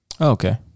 Okay